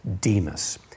Demas